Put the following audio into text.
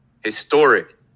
Historic